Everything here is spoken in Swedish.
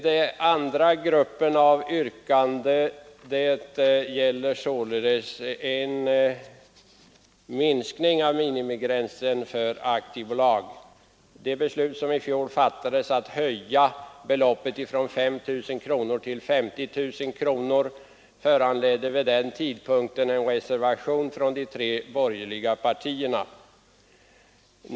Den andra gruppen av yrkanden gäller minskning av minimigränsen för aktiekapitalet. Det förslag om att höja beloppet från 5 000 till 50 000 kronor som genomfördes i fjol föranledde vid den tidpunkten en reservation från de tre borgerliga partierna.